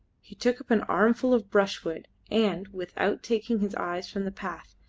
he took up an armful of brushwood, and, without taking his eyes from the path,